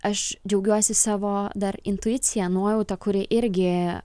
aš džiaugiuosi savo dar intuicija nuojauta kuri irgi